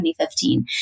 2015